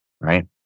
right